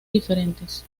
diferentes